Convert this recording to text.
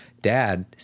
dad